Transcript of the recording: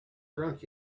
drunk